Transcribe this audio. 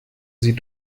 sie